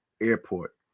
airport